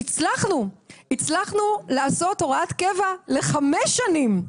הצלחנו לעשות הוראת קבע לחמש שנים.